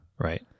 Right